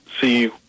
see